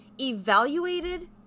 evaluated